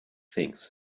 things